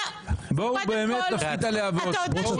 בואו באמת נוריד את הלהבות, בואו נדבר.